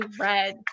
red